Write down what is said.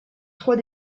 trois